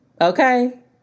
Okay